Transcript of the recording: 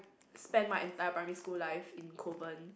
spend my entire primary school life in Kovan